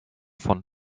von